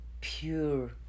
pure